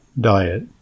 diet